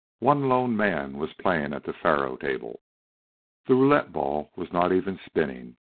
one lone man was playing at the faro-table. the roulette-ball was not even spinning,